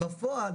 בפועל,